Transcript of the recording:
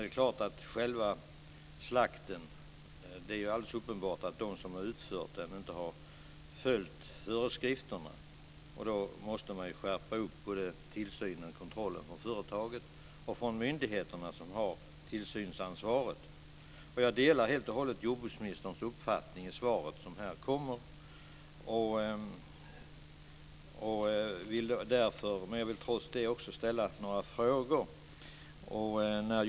Det är också alldeles uppenbart att de som har utfört själva slakten inte har följt föreskrifterna, och då måste man skärpa tillsynen och kontrollen både från företaget och från myndigheterna, som har tillsynsansvaret. Jag delar helt och hållet jordbruksministerns uppfattning i svaret men vill trots det ställa några frågor.